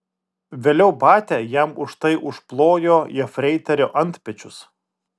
vėliau batia jam už tai užplojo jefreiterio antpečius